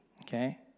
okay